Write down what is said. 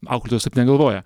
auklėtojos taip negalvoja